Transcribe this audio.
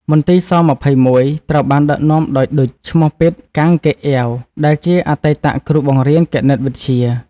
មន្ទីរស-២១ ត្រូវបានដឹកនាំដោយ ឌុច ឈ្មោះពិត កាំង ហ្គេកអ៊ាវ ដែលជាអតីតគ្រូបង្រៀនគណិតវិទ្យា។